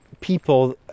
people